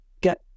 get